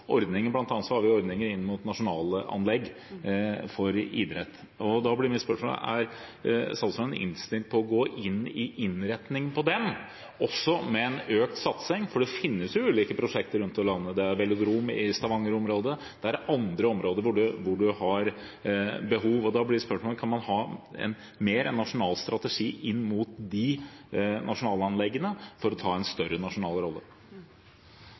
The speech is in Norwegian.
på å gå inn i innretningen på dem, og også med en økt satsing? For det finnes jo ulike prosjekter rundt i landet. Det er velodromen i Stavanger-området, og det er andre områder hvor man har behov. Spørsmålet er: Kan man ha en nasjonal strategi inn mot disse nasjonalanleggene, for å ta en større nasjonal rolle?